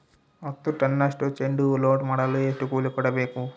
ಹತ್ತು ಟನ್ನಷ್ಟು ಚೆಂಡುಹೂ ಲೋಡ್ ಮಾಡಲು ಎಷ್ಟು ಕೂಲಿ ಕೊಡಬೇಕು?